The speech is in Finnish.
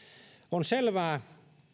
on selvää